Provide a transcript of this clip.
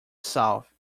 south